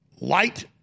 light